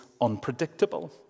unpredictable